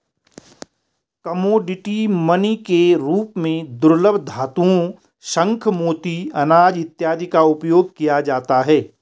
commodity money के रूप में दुर्लभ धातुओं शंख मोती अनाज इत्यादि का उपयोग किया जाता है